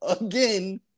again